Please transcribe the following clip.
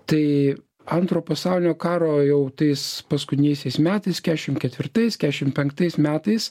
tai antro pasaulinio karo jau tais paskutiniaisiais metais kešim ketvirtais kešim penktais metais